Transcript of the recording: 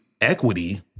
equity